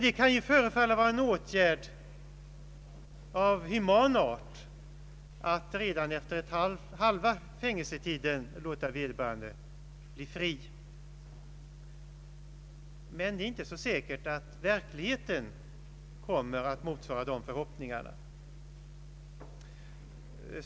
Det kan förefalla vara en åtgärd av human art att låta de intagna bli fria redan efter halva strafftiden, Men det är inte så säkert att verkligheten kommer att motsvara förhoppningarna.